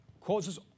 causes